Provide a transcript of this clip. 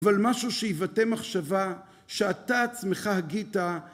אבל משהו שיבטא מחשבה, שאתה עצמך הגית